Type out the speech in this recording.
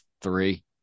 three